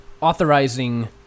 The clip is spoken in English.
authorizing